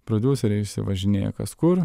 prodiuseriai išsivažinėja kas kur